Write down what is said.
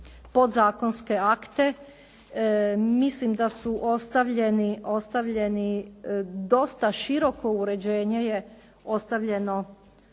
podzakonske akte. Mislim da su ostavljeni, dosta široko uređenje je ostavljeno,